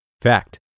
Fact